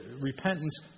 repentance